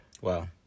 Wow